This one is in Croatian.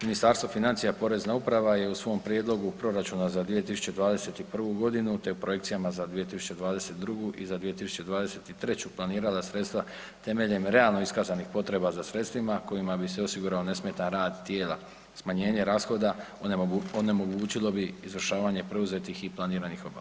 Ministarstvo financija Porezna uprava je u svom prijedlogu proračuna za 2021. godinu te projekcijama za 2022. i 2023. planirala sredstva temeljem realno iskaznih potreba za sredstvima kojima bi se osigurao nesmetan rad tijela, smanjenje rashoda onemogućilo bi izvršavanje preuzetih i planiranih obaveza.